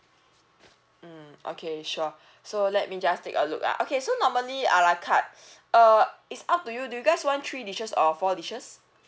mm okay sure so let me just take a look ah okay so normally a la carte err it's up to you do you guys want three dishes or four dishes